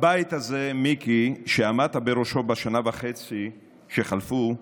הבית הזה, מיקי, שעמדת בראשו בשנה וחצי שחלפו,